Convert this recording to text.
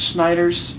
Snyder's